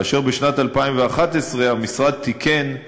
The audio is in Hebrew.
כאשר בשנת 2011 המשרד תיקן,